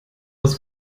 aus